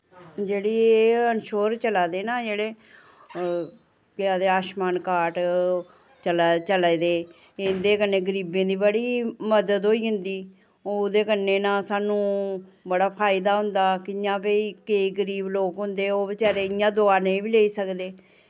जेह्ड़ी एह् इंशोर चला दे ना जेह्ड़े केह् आखदे आयुशमान कार्ड चलै चलै दे इं'दे कन्नै गरीबें दी बड़ी मदद होई जंदी ओह्दे कन्नै ना सानूं बड़ा फायदा होंदा कि'यां भाई केईं गरीब लोक होंदे ओ बचैरे इ'यां दोआ नेईं बी लेई सकदे